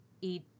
eat